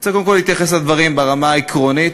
אני רוצה קודם כול להתייחס לדברים ברמה העקרונית.